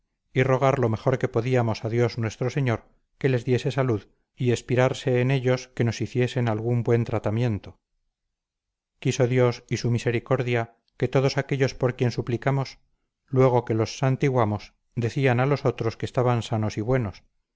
y rogar lo mejor que podíamos a dios nuestro señor que les diese salud y espirase en ellos que nos hiciesen algún buen tratamiento quiso dios y su misericordia que todos aquellos por quien suplicamos luego que los santiguamos decían a los otros que estaban sanos y buenos